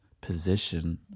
position